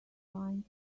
find